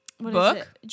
Book